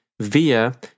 via